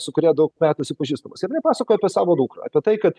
su kuria daug metų esu pažįstamas ir jinai pasakojo apie savo dukrą apie tai kad